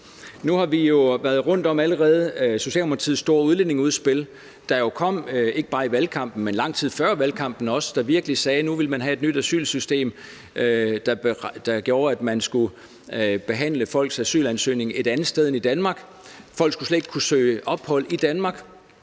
Nu har vi allerede været rundt om Socialdemokratiets store udlændingeudspil, der jo kom ikke bare i valgkampen, men lang tid før valgkampen, hvor man sagde, at nu ville man have et nyt asylsystem, der gjorde, at man skulle behandle folks asylansøgning et andet end i Danmark. Folk skulle slet ikke kunne søge ophold i Danmark,